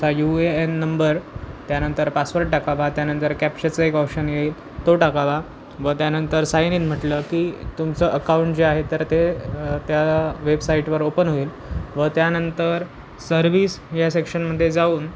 तुमचा U A N number त्यानंतर password टाकावा त्यानंतर कॅप्शाचं एक ऑप्शन येईल तो टाकावा व त्यानंतर सायन इन म्हटलं की तुमचं अकाऊंट जे आहे तर ते त्या वेबसाईटवर ओपन होईल व त्यानंतर सर्विस या सेक्शनमध्ये जाऊन